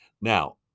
Now